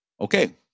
Okay